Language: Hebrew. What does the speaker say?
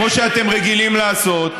כמו שאתם רגילים לעשות.